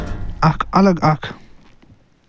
اکھ اَلگ اکھ